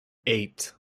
eight